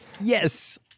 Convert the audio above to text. Yes